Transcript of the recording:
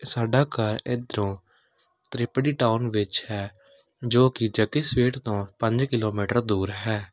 ਸਾਡਾ ਘਰ ਇੱਧਰੋਂ ਤ੍ਰਿਪੜੀ ਟਾਊਨ ਵਿੱਚ ਹੈ ਜੋ ਕਿ ਜੱਗੀ ਸਵੀਟਸ ਤੋਂ ਪੰਜ ਕਿਲੋਮੀਟਰ ਦੂਰ ਹੈ